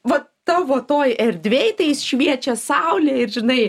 vat tavo toj erdvėj tai šviečia saulė ir žinai